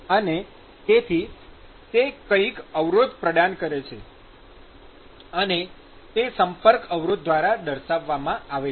અને તેથી તે કઈક અવરોધ પ્રદાન કરે છે અને તે "સંપર્ક અવરોધ" દ્વારા દર્શાવવામાં આવે છે